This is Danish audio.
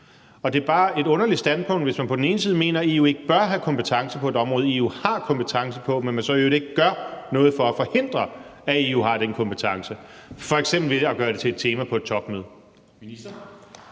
det er bare et underligt standpunkt, hvis man på den ene side mener, at EU ikke bør have kompetence på et område, EU har kompetence på, men man så i øvrigt ikke gør noget for at forhindre, at EU har den kompetence, f.eks. ved at gøre det til et tema på et topmøde.